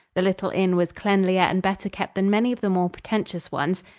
the little inn was cleanlier and better kept than many of the more pretentious ones.